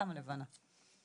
כמה, לבנה?